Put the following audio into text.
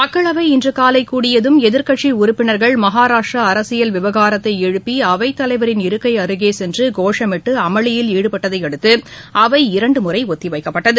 மக்களவை இன்று காலை கூடியதும் எதிர்க்கட்சி உறுப்பினர்கள் மகாராஷ்டிரா அரசியில் விவகாரத்தை எழுப்பி அவைத்தலைவரின் இருக்கை அருகே சென்று கோஷமிட்டு அமளியில் ஈடுபட்டதை அடுத்து அவை இரண்டு முறை ஒத்திவைக்கப்பட்டது